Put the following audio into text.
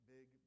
Big